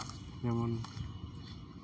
ᱡᱮᱢᱚᱱ